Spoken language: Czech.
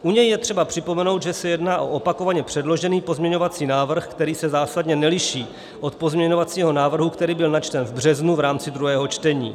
U něj je třeba připomenout, že se jedná o opakovaně předložený pozměňovací návrh, který se zásadně neliší od pozměňovacího návrhu, který byl načten v březnu v rámci druhého čtení.